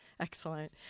Excellent